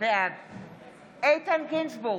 בעד איתן גינזבורג,